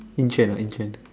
in trend lah in trend